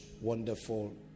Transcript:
wonderful